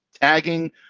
tagging